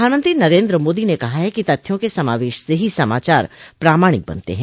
प्रधानमंत्री नरेन्द्र मोदी ने कहा है कि तथ्यों के समावेश से ही समाचार प्रामाणिक बनते हैं